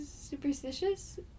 Superstitious